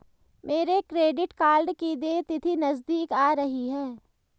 मेरे credit card की देय तिथि नज़दीक आ रही है